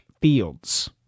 fields